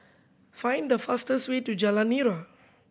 find the fastest way to Jalan Nira